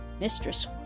mistress